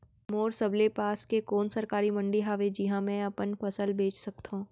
मोर सबले पास के कोन सरकारी मंडी हावे जिहां मैं अपन फसल बेच सकथव?